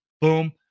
Boom